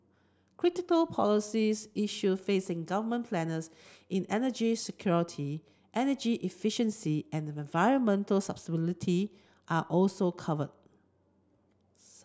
critical policies issue facing government planners in energy security energy efficiency and environmental sustainability are also covered